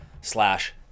slash